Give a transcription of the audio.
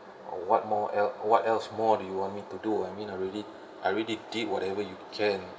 what more else what else more do you want me to do I mean I already I already did whatever you can